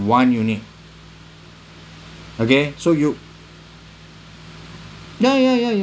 one unit okay so you ya ya ya ya